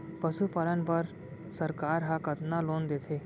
पशुपालन बर सरकार ह कतना लोन देथे?